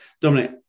Dominic